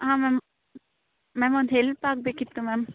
ಹಾಂ ma'am ma'am ಒಂದು help ಆಗಬೇಕಿತ್ತು ಮ್ಯಾಮ್